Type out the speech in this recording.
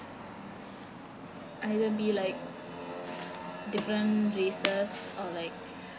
right I don't mean like different races or like